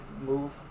move